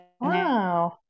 Wow